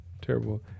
Terrible